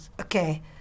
Okay